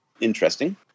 interesting